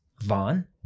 Vaughn